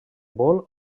bol